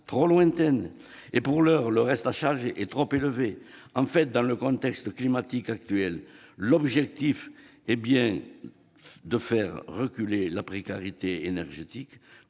trop lointaines et, pour l'heure, le reste à charge est trop élevé. En fait, dans le contexte climatique actuel, l'objectif est bien de faire reculer la précarité énergétique,